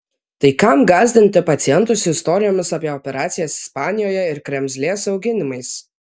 tai kam gąsdinti pacientus istorijomis apie operacijas ispanijoje ir kremzlės auginimais